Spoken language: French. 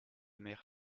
maire